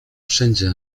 wszędzie